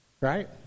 right